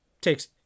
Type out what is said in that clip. takes